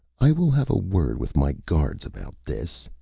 i will have a word with my guards about this.